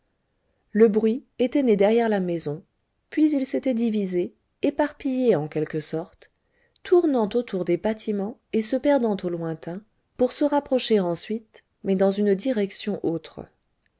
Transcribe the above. le bruit était né derrière la maison puis il s'était divisé éparpillé en quelque sorte tournant autour des bâtiments et se perdant au lointain pour se rapprocher ensuite mais dans une direction autre